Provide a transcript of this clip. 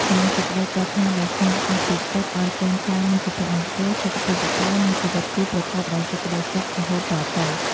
និងសេចក្តីប្រាថ្នាដ៏ស្មោះអស់ពីចិត្តឲ្យកូនចៅមានសុភមង្គល សុខភាពល្អ និងជីវិតគូប្រកបដោយសេចក្តីសុខរហូតតទៅ។